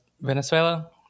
Venezuela